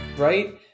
Right